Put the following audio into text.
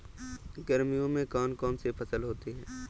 गर्मियों में कौन कौन सी फसल होती है?